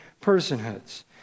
personhoods